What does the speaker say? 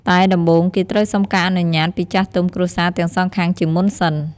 តែដំបូងគេត្រូវសុំការអនុញាត់ពីចាស់ទុំគ្រួសារទាំងសងខាងជាមុនសិន។